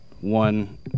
One